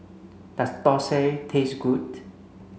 does Thosai taste good